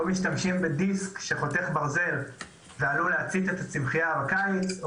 לא משתמשים בדיסק שחותך ברזל ועלול להצית את הצמחייה בקיץ,